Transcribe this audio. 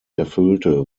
erfüllte